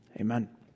Amen